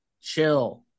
chill